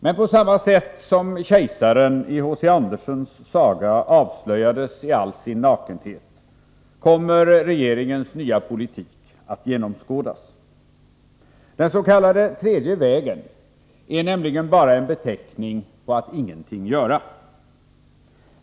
Men på samma sätt som kejsaren i H. C. Andersens saga avslöjades i all sin nakenhet kommer regeringens nya politik att genomskådas. Den s.k. tredje vägen är nämligen bara en beteckning på att ingenting göra.